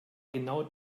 genau